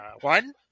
One